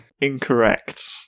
Incorrect